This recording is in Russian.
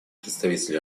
представитель